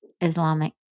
Islamic